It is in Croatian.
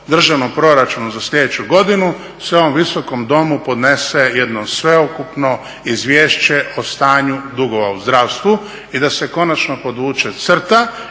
Državnom proračunu za sljedeću godina, se u ovom Visokom domu podnese jedno sveukupno izvješće o stanju dugova u zdravstvu i da se konačno podvuče crta